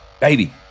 baby